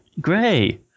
Gray